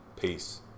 Peace